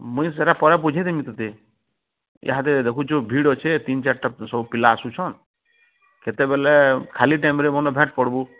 ମୁଇଁ ସେଇଟା ପରେ ବୁଝେଇ ଦେମି ତୋତେ ଇହାଦେ ଦେଖୁଛୁ ଭିଡ଼ ଅଛି ତିନ ଚାରଟା ସବୁ ପିଲା ଆସୁଛନ୍ କେତେବେଳେ ଖାଲି ଟାଇମ୍ରେ ମନେ ଫେରେ ପଢ଼ବୁ